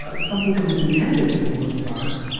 ah something that was intended as a work of art,